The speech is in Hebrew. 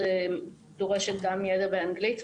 דורשת גם ידע באנגלית,